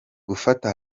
gufata